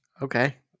Okay